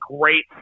great